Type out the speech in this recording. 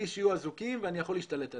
בלי שיהיו אזוקים ואני יכול להשתלט עליהם.